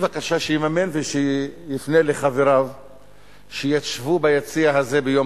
בבקשה שיממן ושיפנה לחבריו שישבו ביציע הזה ביום